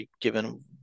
given